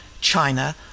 china